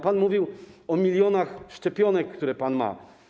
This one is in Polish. Pan mówił o milionach szczepionek, które pan ma.